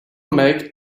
make